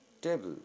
Table